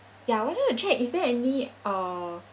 ya I wanted to check is there any uh